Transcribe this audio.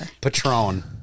patron